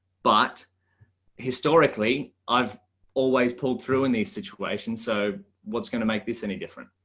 but historically, i've always pulled through in the situation. so what's going to make this any different.